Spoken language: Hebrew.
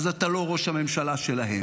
אז אתה לא ראש הממשלה שלהם.